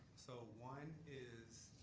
so one is,